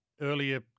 earlier